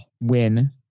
win